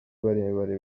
barebare